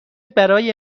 برای